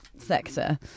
sector